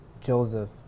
Joseph